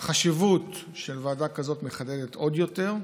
החשיבות של ועדה כזאת מתחדדת עוד יותר.